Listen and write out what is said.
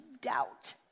doubt